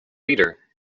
lieder